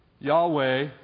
Yahweh